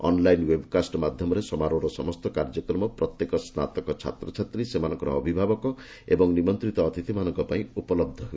online webcast ମାଧ୍ୟମରେ ସମାରୋହର ସମସ୍ତ କାର୍ଯ୍ୟକ୍ରମ ପ୍ରତ୍ୟେକ ସ୍ନାତକ ଛାତ୍ରଛାତ୍ରୀ ସେମାନଙ୍କର ଅଭିଭାବକ ଏବଂ ନିମନ୍ତ୍ରିତ ଅତିଥିମାନଙ୍କ ପାଇଁ ଉପଲହ୍ର ହେବ